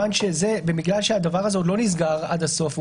בגלל שהדבר הזה עוד לא נסגר עד הסוף,